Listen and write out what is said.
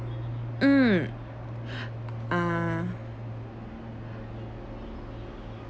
mm ah